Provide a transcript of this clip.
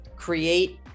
create